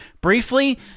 briefly